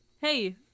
hey